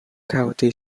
county